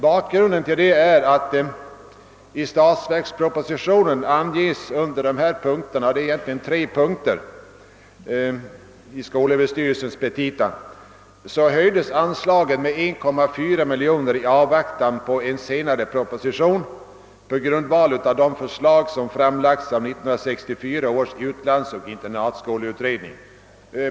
Bakgrunden härtill är att under ifrågavarande punkter i statsverkspropositionen — det gäller tre punkter i skolöverstyrelsens petita — föreslogs en höjning av anslagen med 1,4 miljoner kronor i avvaktan på en senare proposition som skall framläggas på grundval av de förslag som 1964 års utlandsoch internatskoleutredning kom fram till.